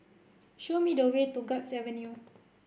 show me the way to Guards Avenue